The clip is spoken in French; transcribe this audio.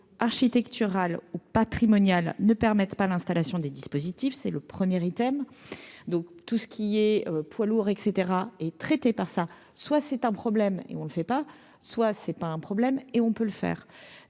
architectural ou patrimonial ne permettent pas d'installation des dispositifs. C'est le premier items, donc tout ce qui est poids-lourds et cetera et traités par ça, soit c'est un problème et on le fait pas, soit c'est pas un problème. Et on peut le faire,